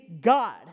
God